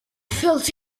felt